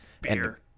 beer